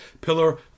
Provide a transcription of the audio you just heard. pillar